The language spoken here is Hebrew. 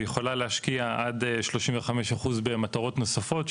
והיא יכולה להשקיע עד 35% במטרות נוספות,